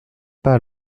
pas